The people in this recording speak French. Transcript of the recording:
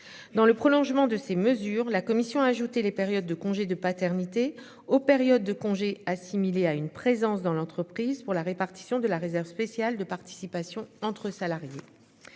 Dans le prolongement de ces mesures la commission ajouté les périodes de congés de paternité aux périodes de congés assimilée à une présence dans l'entreprise pour la répartition de la réserve spéciale de participation entre salariés.